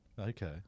Okay